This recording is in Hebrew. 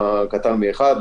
קטן מאחד,